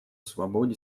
свободе